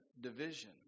division